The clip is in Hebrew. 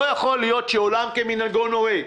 לא יכול להיות שעולם כמנהגו נוהג.